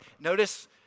notice